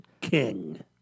King